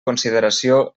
consideració